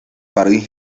paris